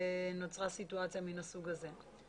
נוצרה סיטואציה מן הסוג הזה.